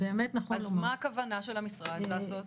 מה בכוונת המשרד לעשות?